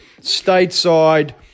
stateside